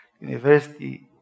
university